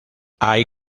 hay